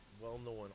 well-known